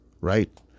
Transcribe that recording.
right